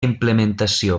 implementació